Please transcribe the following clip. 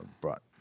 brought